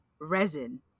resin